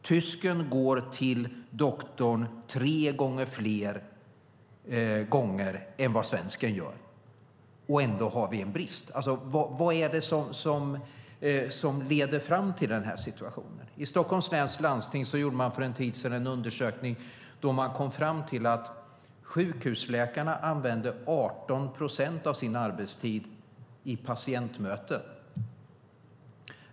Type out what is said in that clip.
Tysken går till doktorn tre gånger så ofta som svensken och ändå har vi en brist. Vad är det som leder till den situationen? I Stockholms läns landsting gjorde man för en tid sedan en undersökning och kom fram till att sjukhusläkarna använde 18 procent av sin arbetstid till patientmöten.